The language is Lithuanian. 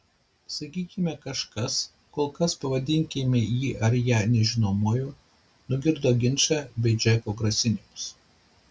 sakykime kažkas kol kas pavadinkime jį ar ją nežinomuoju nugirdo ginčą bei džeko grasinimus